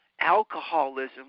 Alcoholism